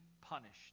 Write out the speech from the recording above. punished